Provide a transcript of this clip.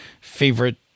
favorite